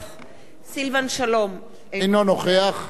אינו נוכח יוליה שמאלוב-ברקוביץ,